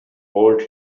hold